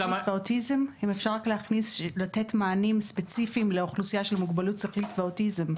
אם אפשר רק לתת מענים ספציפיים לאוכלוסייה של מוגבלות שכלית ואוטיזם,